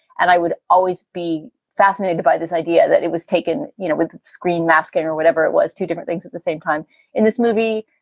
and i would always be fascinated by this idea that it was taken you know with screen masking or whatever it was. two different things at the same time in this movie,